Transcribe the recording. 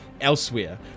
Elsewhere